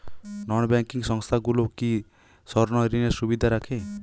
নন banking সংস্থাগুলো কি স্বর্ণঋণের সুবিধা রাখে?